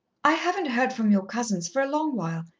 i haven't heard from your cousins for a long while.